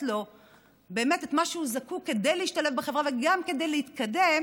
לו באמת את מה שהוא זקוק לו כדי להשתלב בחברה וגם כדי להתקדם,